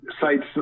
sites